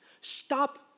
Stop